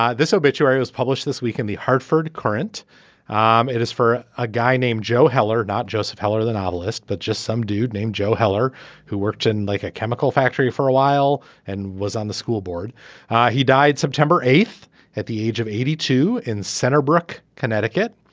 ah this obituary was published this week in the hartford courant um it is for a guy named joe heller not joseph heller the novelist but just some dude named joe heller who worked in like a chemical factory for a while and was on the school board he died september eighth at the age of eighty two in center brook connecticut.